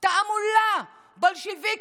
תעמולה בולשביקית.